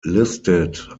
listed